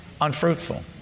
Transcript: Unfruitful